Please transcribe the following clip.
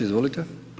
Izvolite.